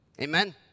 Amen